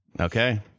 Okay